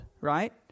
right